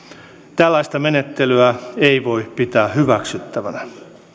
tällaista menettelyä ei voi pitää hyväksyttävänä